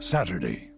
Saturday